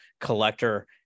collector